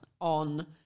on